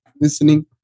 listening